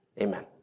Amen